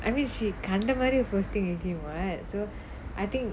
I mean she கண்டமாரி:kandamaari posting everywhere so I think